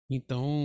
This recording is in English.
Então